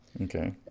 Okay